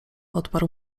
odparł